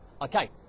Okay